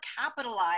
capitalize